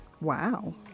wow